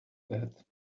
that